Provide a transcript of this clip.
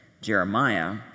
Jeremiah